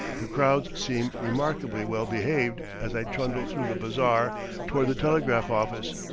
the crowds seem remarkably well behaved as i trundle through the bazaar toward the telegraph office,